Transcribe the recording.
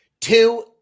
Two